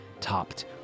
topped